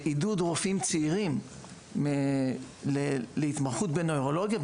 עידוד רופאים צעירים להתמחות בנוירולוגיה,